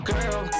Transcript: Girl